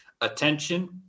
attention